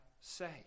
say